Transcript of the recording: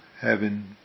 heaven